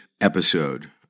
episode